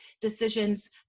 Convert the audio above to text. decisions